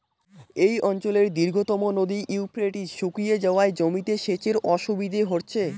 এই অঞ্চলের দীর্ঘতম নদী ইউফ্রেটিস শুকিয়ে যাওয়ায় জমিতে সেচের অসুবিধে হচ্ছে